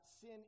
sin